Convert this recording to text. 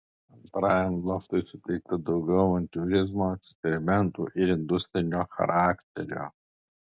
antrajam loftui suteikta daugiau avantiūrizmo eksperimentų ir industrinio charakterio